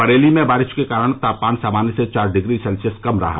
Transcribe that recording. बरेली में बारिश के कारण तापमान सामान्य से चार डिग्री सेल्सियस कम रहा